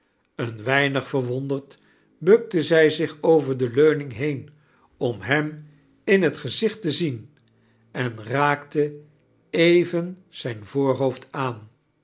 een weinig verwonderd bukte zij zich over de leuning heen om hem in het gezicht te zien en raakte even zijn voorhoofd aan